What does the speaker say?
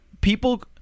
people